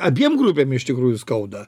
abiem grupėm iš tikrųjų skauda